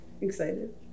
Excited